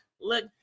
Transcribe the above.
Look